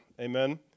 Amen